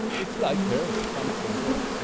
it's like hair, some of them drop. yeah